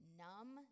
numb